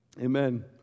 Amen